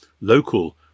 local